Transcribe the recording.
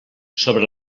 sobre